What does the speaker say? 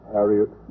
Harriet